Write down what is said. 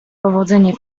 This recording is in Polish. powodzenie